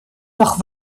doch